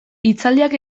hitzaldiak